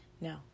no